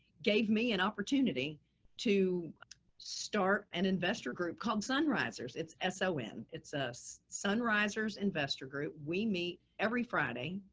gave me an opportunity to start an investor group called sonrisers. it's s, o. n. it's ah a sonrisers investor group. we meet every friday.